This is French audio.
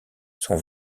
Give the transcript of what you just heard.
son